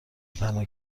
تنها